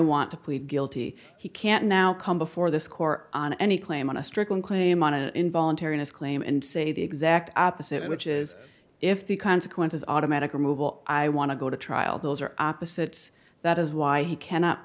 want to plead guilty he can now come before this court on any claim on a stricken claim on an involuntary his claim and say the exact opposite which is if the consequences automatic removal i want to go to trial those are opposites that is why he cannot